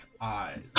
eyes